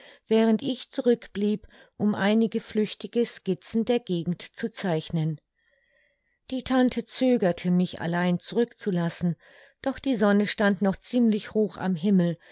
während ich zurück blieb um einige flüchtige skizzen der gegend zu zeichnen die tante zögerte mich allein zurück zu lassen doch die sonne stand noch ziemlich hoch am himmel